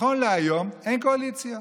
נכון להיום אין קואליציה.